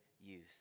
use